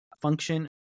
function